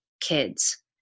kids